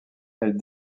elles